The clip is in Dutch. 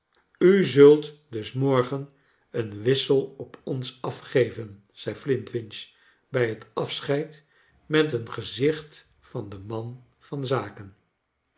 u zult das morgen een wissel op ons afgeven zei flintwinch bij het afscheid met een gezicht van den man van zaken